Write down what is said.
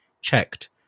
checked